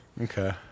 Okay